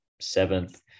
seventh